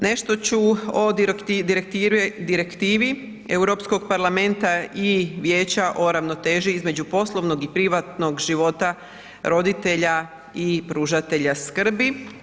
Nešto ću od direktivi Europskog parlamenta i Vijeća o ravnoteži između poslovnog i privatnog života roditelja i pružatelja skrbi.